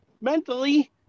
mentally